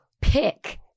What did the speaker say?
pick